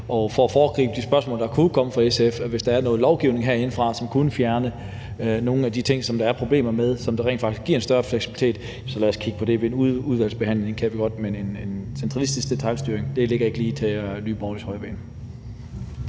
Og for at foregribe de spørgsmål, der kunne komme fra SF, vil jeg sige, at hvis der er noget lovgivning herindefra, som kunne fjerne nogle af de ting, der er problemer med, og som rent faktisk ville give en større fleksibilitet, så lad os kigge på det ved udvalgsbehandlingen. Det kan vi godt; men en centralistisk detailstyring ligger ikke lige til Nye Borgerliges højreben.